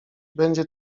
będzie